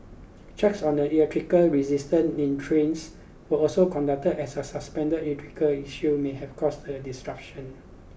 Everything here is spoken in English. checks on the electrical resistance in trains were also conducted as a suspended electrical issue may have caused the disruption